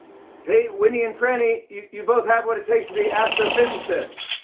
hey, winnie and frannie, you both have what it takes to be astrophysicists!